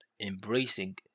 embracing